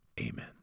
Amen